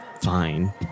fine